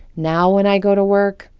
now when i go to work,